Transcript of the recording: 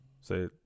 say